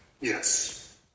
Yes